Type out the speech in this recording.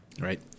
right